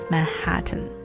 Manhattan